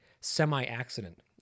semi-accident